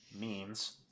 memes